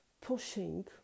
pushing